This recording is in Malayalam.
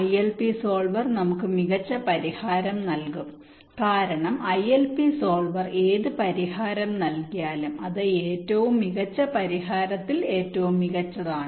ഐഎൽപി സോൾവർ നമുക്ക് മികച്ച പരിഹാരം നൽകും കാരണം ഐഎൽപി സോൾവർ ഏത് പരിഹാരം നൽകിയാലും അത് ഏറ്റവും മികച്ച പരിഹാരത്തിന് ഏറ്റവും മികച്ചതാണ്